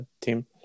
team